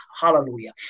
Hallelujah